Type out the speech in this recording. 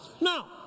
Now